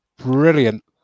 brilliant